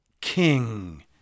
king